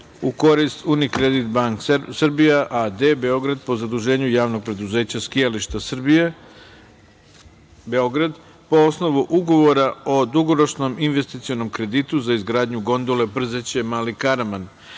u korist „Unikredit banke Srbija a.d Beograd“ po zaduženju Javnog preduzeća Skijališta Srbije – Beograd po osnovu Ugovora o dugoročnom investicionom kreditu za izgradnju gondole Brzeće – Mali Karaman